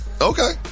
Okay